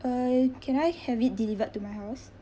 uh can I have it delivered to my house